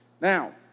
Now